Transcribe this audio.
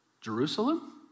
Jerusalem